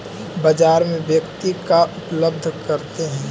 बाजार में व्यक्ति का उपलब्ध करते हैं?